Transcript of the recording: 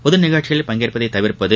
பொது நிகழ்ச்சிகளில் பங்கேற்பதை தவிர்ப்பது